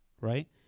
right